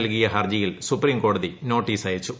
നൽകിയ ഹർജിയിൽ സുപ്രീം കോടതി നോട്ടീസയച്ചു